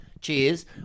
Cheers